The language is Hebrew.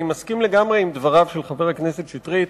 אני מסכים לגמרי עם דבריו של חבר הכנסת שטרית